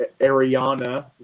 Ariana